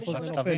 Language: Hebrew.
איפה זה נופל?